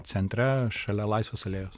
centre šalia laisvės alėjos